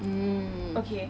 mm